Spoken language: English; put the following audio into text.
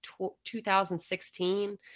2016